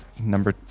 number